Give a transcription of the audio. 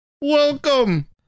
welcome